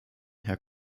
herr